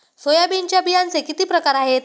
सोयाबीनच्या बियांचे किती प्रकार आहेत?